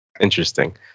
Interesting